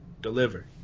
Deliver